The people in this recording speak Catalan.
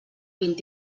vint